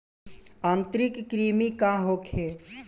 आंतरिक कृमि का होखे?